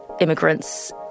immigrants